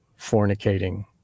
fornicating